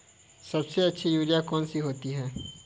सबसे अच्छी यूरिया कौन सी होती है?